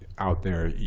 out there,